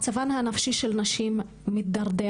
מצבן הנפשי של נשים מתדרדר,